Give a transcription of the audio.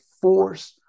force